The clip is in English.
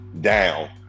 down